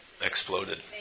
exploded